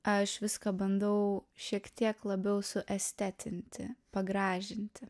aš viską bandau šiek tiek labiau suestetinti pagražinti